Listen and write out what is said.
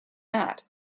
mat